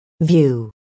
View